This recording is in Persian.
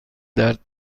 درد